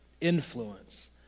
influence